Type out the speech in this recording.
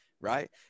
Right